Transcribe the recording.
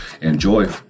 enjoy